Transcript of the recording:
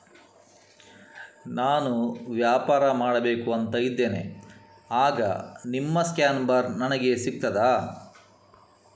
ನಾನು ವ್ಯಾಪಾರ ಮಾಡಬೇಕು ಅಂತ ಇದ್ದೇನೆ, ಆಗ ನಿಮ್ಮ ಸ್ಕ್ಯಾನ್ ಬಾರ್ ನನಗೆ ಸಿಗ್ತದಾ?